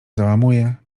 załamuje